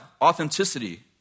authenticity